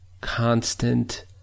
constant